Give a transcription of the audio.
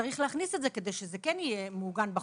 לפחות שיכניסו את זה כדי שזה יהיה מעוגן בחוק.